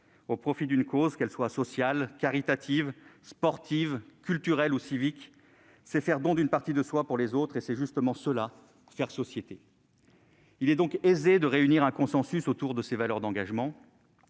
au profit d'une cause, qu'elle soit sociale, caritative, sportive, culturelle ou civique, c'est faire don aux autres d'une partie de soi, et c'est justement cela « faire société ». Il est aisé de réunir un consensus autour de ces valeurs d'engagement,